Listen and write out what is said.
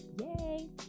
Yay